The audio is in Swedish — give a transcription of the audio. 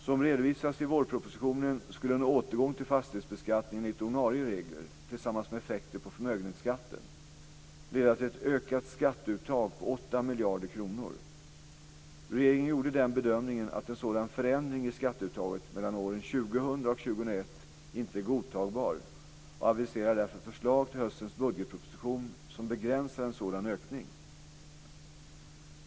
Som redovisats i vårpropositionen skulle en återgång till en fastighetsbeskattning enligt ordinarie regler - tillsammans med effekter på förmögenhetsskatten - leda till ett ökat skatteuttag på 8 miljarder kronor. Regeringen gjorde den bedömningen att en sådan förändring i skatteuttaget mellan åren 2000 och 2001 inte är godtagbar och aviserade därför förslag till höstens budgetproposition som begränsar en sådan ökning.